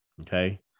Okay